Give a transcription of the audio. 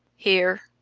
here,